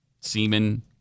semen